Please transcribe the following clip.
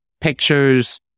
pictures